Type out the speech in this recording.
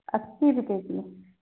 अच्छी बिकेगी